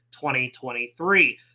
2023